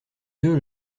deux